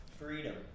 freedom